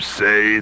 say